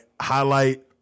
highlight